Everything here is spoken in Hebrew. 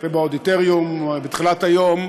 ובאודיטוריום בתחילת היום,